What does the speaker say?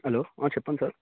hello చెప్పండి sir